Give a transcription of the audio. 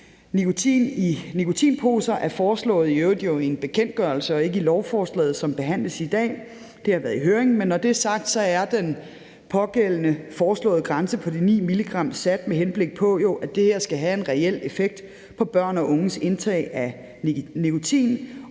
nikotin i nikotinposer er jo i øvrigt foreslået i en bekendtgørelse og ikke i lovforslaget, som behandles i dag. Det har været i høring. Men når det er sagt, er den pågældende foreslåede grænse på de 9 mg jo sat, med henblik på at det her skal have en reel effekt på børns og unges indtag af nikotin,